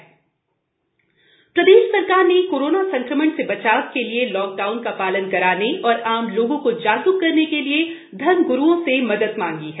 corona धर्मगरु अपील प्रदेश सरकार ने कोरोना संक्रमण से बचाव के लिए लाक डाउन का पालन कराने और आम लोगों को जागरूक करने के लिए धर्म गुरुओं से मदद मांगी है